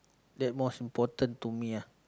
that's most important to me lah